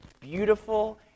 beautiful